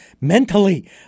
mentally